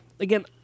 Again